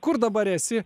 kur dabar esi